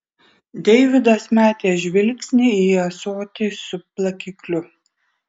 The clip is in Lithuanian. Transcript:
deividas metė žvilgsnį į ąsotį su plakikliu